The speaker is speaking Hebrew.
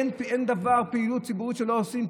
אין פעילות ציבורית שלא עושים.